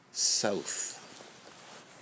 South